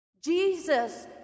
Jesus